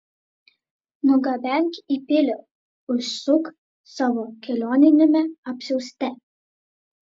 nugabenk į pilį užsiūk savo kelioniniame apsiauste